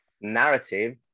narrative